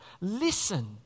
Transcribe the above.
Listen